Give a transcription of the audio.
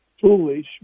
foolish